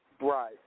Right